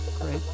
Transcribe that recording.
Great